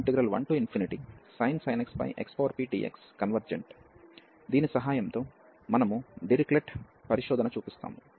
ఈ integral 1sin x xpdx convergent దీని సహాయంతో మనము డిరిచ్లెట్ టెస్ట్ చూపిస్తాము